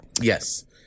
Yes